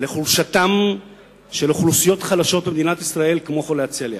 לחולשתן של אוכלוסיות חלשות במדינת ישראל כמו חולי הצליאק.